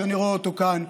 שאני רואה אותו כאן,